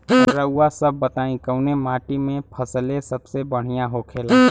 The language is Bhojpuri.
रउआ सभ बताई कवने माटी में फसले सबसे बढ़ियां होखेला?